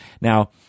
Now